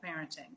parenting